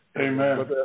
Amen